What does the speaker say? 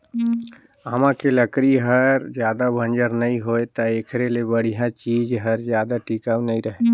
आमा के लकरी हर जादा बंजर नइ होय त एखरे ले बड़िहा चीज हर जादा टिकाऊ नइ रहें